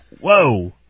Whoa